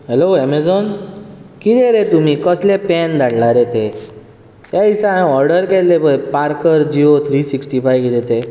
hello Amazon कितें रे तुमी कसलें पॅन धाडलां रे तें त्या दिसा हांयें ऑर्डर केल्लें पय पार्कर जियो त्री सिक्सी फाय कितें तें